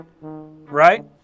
Right